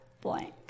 blank